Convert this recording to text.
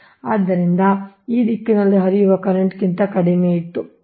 ಆದ್ದರಿಂದ ಈ ದಿಕ್ಕಿನಲ್ಲಿ ಹರಿಯುವ ಕರೆಂಟ್ಗಿಂತ ಕಡಿಮೆಯಿತ್ತು